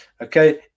okay